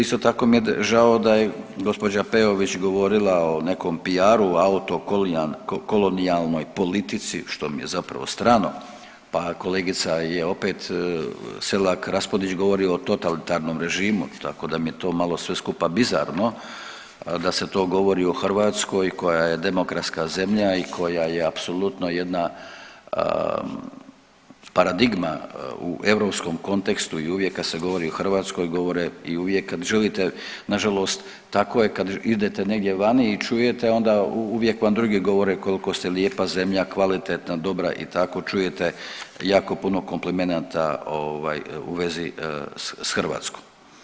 Isto tako mi je žao da je gospođa Peović govorila o nekom PR-u auto kolonijalnoj politici što mi je zapravo strano, pa kolegica je opet Selak Raspudić govori o totalitarnom režimu, tako da mi je to malo sve skupa bizarno da se to govori o Hrvatskoj koja je demokratska zemlja i koja je apsolutno jedna paradigma u europskom kontekstu i uvijek kad se govori o Hrvatskoj govore i uvijek kad želite nažalost tako je kad idete negdje vani i čujete onda vam drugi vam govore koliko ste lijepa zemlja, kvalitetna, dobra i tako čujete jako puno komplimenata u vezi s Hrvatskom.